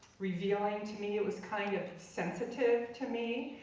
revealing to me, it was kind of sensitive to me,